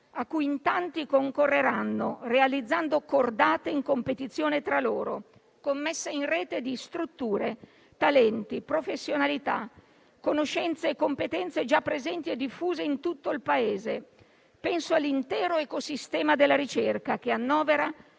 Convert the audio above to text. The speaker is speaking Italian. a cui in tanti concorreranno, realizzando cordate in competizione tra loro, con messa in rete di strutture, talenti, professionalità, conoscenze e competenze già presenti e diffuse in tutto il Paese. Penso all'intero ecosistema della ricerca, che annovera